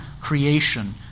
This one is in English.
creation